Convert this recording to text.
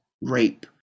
rape